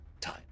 time